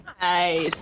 Nice